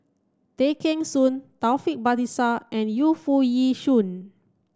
Tay Kheng Soon Taufik Batisah and Yu Foo Yee Shoon